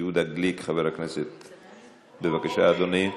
חבר הכנסת יהודה גליק, בבקשה, אדוני.